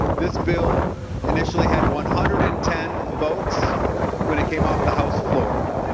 this bill initially had one hundred and ten votes when it came off the house floor.